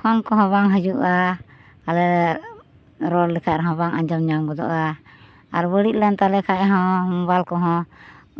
phone ᱠᱚᱦᱚᱸ ᱵᱟᱝ ᱦᱤᱡᱩᱜᱼᱟ ᱟᱞᱮ ᱨᱮᱭᱟᱜ ᱨᱚᱲ ᱞᱮᱠᱷᱟᱱ ᱨᱮᱦᱚᱸ ᱵᱟᱝ ᱟᱸᱡᱚᱢ ᱧᱟᱢ ᱜᱚᱫᱚᱜᱼᱟ ᱟᱨ ᱵᱟᱹᱲᱤᱡ ᱞᱮᱱ ᱛᱟᱞᱮ ᱠᱷᱟᱱᱦᱚᱸ ᱢᱳᱵᱟᱭᱮᱞ ᱠᱚᱦᱚᱸ